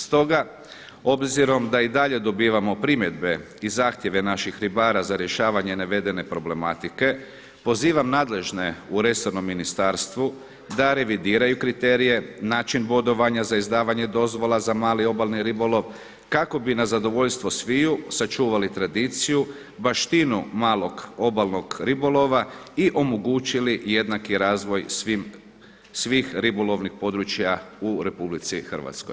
Stoga obzirom da i dalje dobivamo primjedbe i zahtjeve naših ribara za rješavanje navedene problematike pozivam nadležne u resornom ministarstvu da revidiraju kriterije, način bodovanja za izdavanje dozvola za mali obalni ribolov kako bi na zadovoljstvo svih sačuvali tradiciju, baštinu malog obalnog ribolova i omogućili jednaki razvoj svih ribolovnih područja u RH.